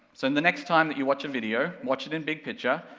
so and the next time that you watch a video, watch it in big picture,